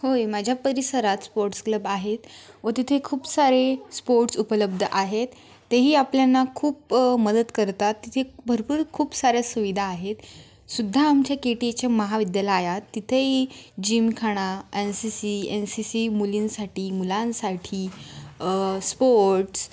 होय माझ्या परिसरात स्पोर्ट्स क्लब आहेत व तिथे खूप सारे स्पोर्ट्स उपलब्ध आहेत तेही आपल्याला ना खूप मदत करतात तिथे भरपूर खूप साऱ्या सुविधा आहेत सुद्धा आमच्या के टी एच एम महाविद्यालयात तिथेही gymkhana N C C N C C मुलींसाठी मुलांसाठी स्पोर्ट्स